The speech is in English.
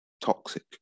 toxic